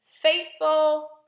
faithful